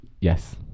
Yes